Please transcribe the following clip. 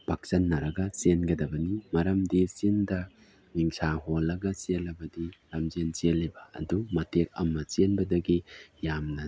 ꯄꯥꯛꯆꯟꯅꯔꯒ ꯆꯦꯟꯒꯗꯕꯅꯤ ꯃꯔꯝꯗꯤ ꯆꯤꯟꯗ ꯅꯤꯡꯁꯥ ꯍꯣꯜꯂꯒ ꯆꯦꯟꯂꯕꯗꯤ ꯂꯝꯖꯦꯟ ꯆꯦꯜꯂꯤꯕ ꯑꯗꯨ ꯃꯇꯦꯛ ꯑꯃ ꯆꯦꯟꯕꯗꯒꯤ ꯌꯥꯝꯅ